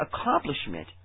accomplishment